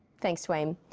thanks wayne.